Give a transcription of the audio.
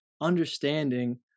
understanding